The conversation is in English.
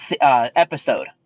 episode